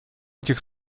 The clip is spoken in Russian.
этих